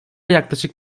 yaklaşık